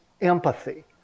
empathy